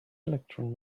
electron